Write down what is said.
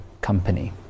company